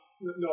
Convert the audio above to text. no